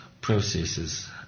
processes